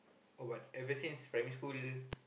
what ever since primary school